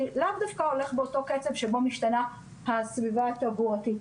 לאו דווקא הולך באותו קצב שבו משתנה הסביבה התעבורתית.